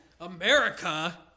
America